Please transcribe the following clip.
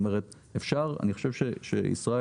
אני חושב שישראל,